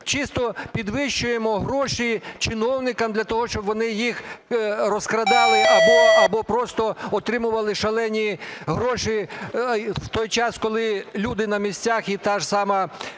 Чисто підвищуємо гроші чиновникам для того, щоб вони їх розкрадали або просто отримували шалені гроші в той час, коли люди на місцях і та ж сама